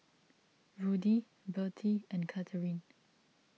Rudy Bertie and Katheryn